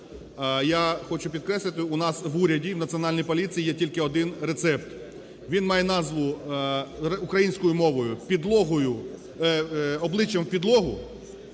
я хочу підкреслити, у нас в уряді і в Національній поліції є тільки один рецепт, він має назву українською мовою "обличчям в підлогу",